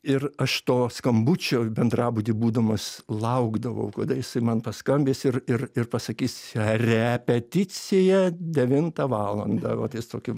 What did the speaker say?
ir aš to skambučio bendrabuty būdamas laukdavau kada jisai man paskambins ir ir ir pasakys repeticija devintą valandą vat jis tokiu